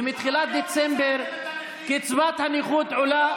ומתחילת דצמבר קצבת הנכות עולה.